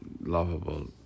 Lovable